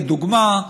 לדוגמה,